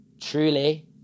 truly